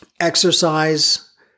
exercise